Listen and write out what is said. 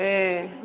ए